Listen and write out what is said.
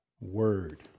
word